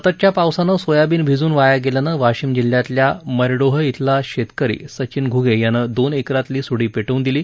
सततच्या पावसानं सोयाबीन भिजून वाया गेल्यानं वाशिम जिल्ह्यातल्या मैरडोह शिला शेतकरी सचिन घुगे यानं दोन एकरातली सुडी पेटवून दिली